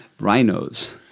rhinos